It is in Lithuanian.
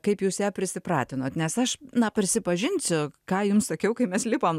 kaip jūs ją prisipratinot nes aš na prisipažinsiu ką jums sakiau kai mes lipom